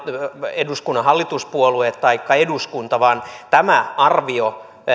eduskunnan hallituspuolueet taikka eduskunta vaan tämä arvio